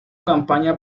campaña